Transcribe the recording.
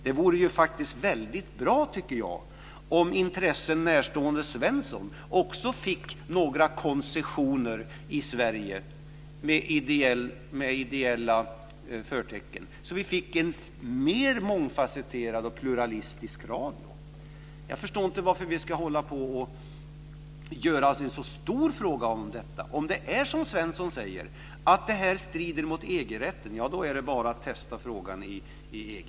Det vore faktiskt väldigt bra, tycker jag, om intressen närstående Svensson också fick några koncessioner i Sverige med ideella förtecken, så att vi fick en mer mångfasetterad och pluralistisk radio. Jag förstår inte varför vi ska göra en så stor fråga av detta. Om det är som Svensson säger att det här strider mot EG-rätten är det bara att testa frågan i EG.